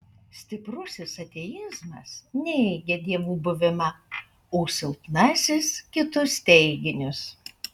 stiprusis ateizmas neigia dievų buvimą o silpnasis kitus teiginius